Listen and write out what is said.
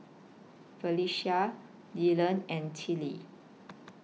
Felecia Dylan and Tillie